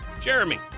Jeremy